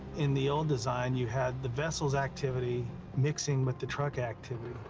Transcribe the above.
in the old design, you had the vessel's activity mixing with the truck activity,